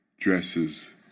Dresses